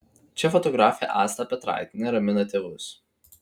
čia fotografė asta petraitienė ramina tėvus